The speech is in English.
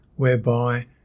whereby